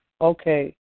Okay